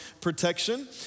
protection